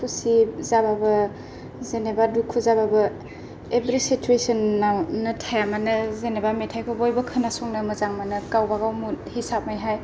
खुसि जाबाबो जेनेबा दुखु जाबाबो इब्रि सिटुएसनावनो थाया मानो जेनेबा बयबो मेथाइखौ खोनासंनो मोजां मोनो गावबागाव मुद हिसाबैहाय